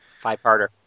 five-parter